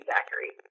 Zachary